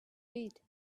feet